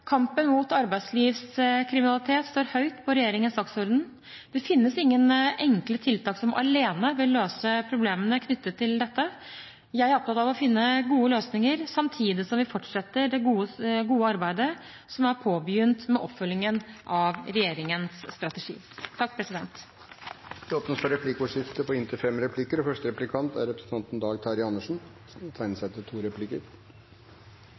Kampen mot arbeidslivskriminalitet står høyt på regjeringens dagsorden. Det finnes ingen enkle tiltak som alene vil løse problemene knyttet til dette. Jeg er opptatt av å finne gode løsninger, samtidig som vi fortsetter det gode arbeidet som er påbegynt, med oppfølgingen av regjeringens strategi. Det blir replikkordskifte. Jeg skjønner at flertallets representanter ønsker å tone ned uenigheten på et område der det virkelig er